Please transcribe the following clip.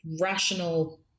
rational